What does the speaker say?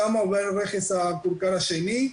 שם עובר רכס הכורכר השני,